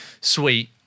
sweet